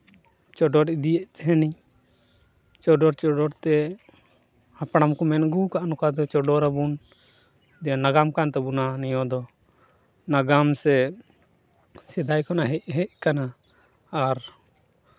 ᱪᱚᱰᱚᱨ ᱤᱫᱤᱭᱮᱫ ᱛᱟᱦᱮᱱᱤᱧ ᱪᱚᱰᱚᱨ ᱪᱚᱰᱚᱨ ᱛᱮ ᱦᱟᱯᱲᱟᱢ ᱠᱚ ᱢᱮᱱ ᱟᱹᱜᱩᱣ ᱠᱟᱜᱼᱟ ᱱᱚᱝᱠᱟ ᱛᱮ ᱪᱚᱰᱚᱨ ᱟᱵᱚᱱ ᱱᱟᱜᱟᱢ ᱠᱟᱱ ᱛᱟᱵᱚᱱᱟ ᱱᱤᱭᱟᱹ ᱫᱚ ᱱᱟᱜᱟᱢ ᱥᱮ ᱥᱮᱫᱟᱭ ᱠᱷᱚᱱᱟᱜ ᱦᱮᱡ ᱟᱠᱟᱱᱟ ᱟᱨ